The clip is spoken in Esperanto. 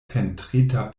pentrita